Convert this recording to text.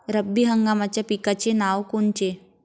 रब्बी हंगामाच्या पिकाचे नावं कोनचे?